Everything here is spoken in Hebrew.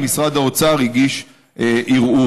משרד האוצר הגיש ערעור.